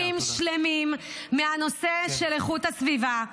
ככה הדרתם ציבורים שלמים מהנושא של איכות הסביבה,